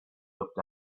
looked